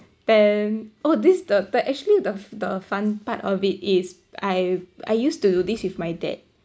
then oh this the but actually the the fun part of it is I I used to do this with my dad